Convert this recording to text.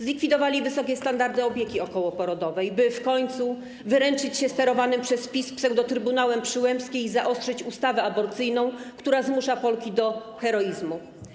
Zlikwidowali wysokie standardy opieki okołoporodowej, by w końcu wyręczyć się sterowanym przez PiS pseudotrybunałem Przyłębskiej i zaostrzyć ustawę aborcyjną, która zmusza Polki do heroizmu.